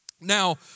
Now